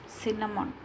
cinnamon